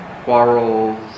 quarrels